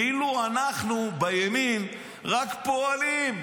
כאילו אנחנו בימין רק פועלים.